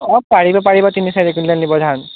অঁ পাৰিব পাৰিব তিনি চাৰি কুইণ্টেল নিব ধান